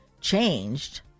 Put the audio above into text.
changed